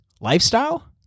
lifestyle